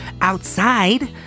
Outside